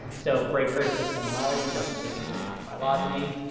so bray-curtis dissimilarity doesn't take into account phylogeny,